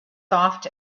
soft